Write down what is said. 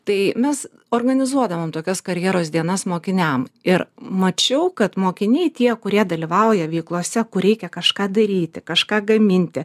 tai mes organizuodavom tokias karjeros dienas mokiniam ir mačiau kad mokiniai tie kurie dalyvauja veiklose kur reikia kažką daryti kažką gaminti